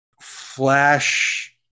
Flash